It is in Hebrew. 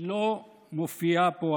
הוא לא מופיע פה.